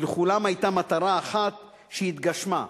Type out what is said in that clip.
ולכולם היתה מטרה אחת שהתגשמה: